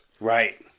Right